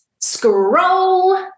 Scroll